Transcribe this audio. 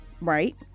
Right